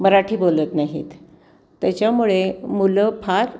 मराठी बोलत नाहीत त्याच्यामुळे मुलं फार